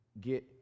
Get